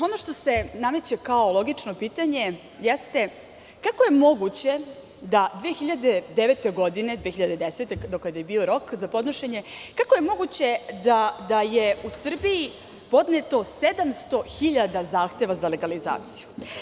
Ono što se nameće kao logično pitanje jeste – kako je moguće da 2009-2010. godine, do kada je bio rok za podnošenje, da je u Srbiji podneto 700.000 zahteva za legalizaciju?